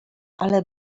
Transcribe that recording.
ale